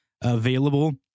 available